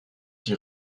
s’y